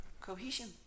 cohesion